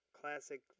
classic